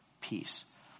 peace